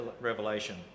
revelation